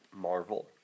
Marvel